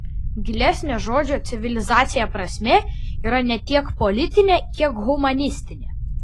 gilesnė žodžio civilizacija prasmė yra ne tiek politinė kiek humanistinė